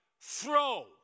throw